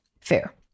Fair